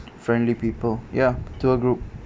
friendly people ya tour group